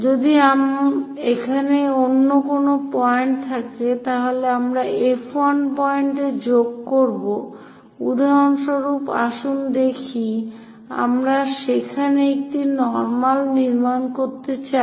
যদি এখানে অন্য কোন পয়েন্ট থাকে তাহলে আমরা F1 পয়েন্টে যোগ করবো উদাহরণস্বরূপ আসুন দেখি আমরা সেখানে একটি নর্মাল নির্মাণ করতে চাই